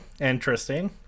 interesting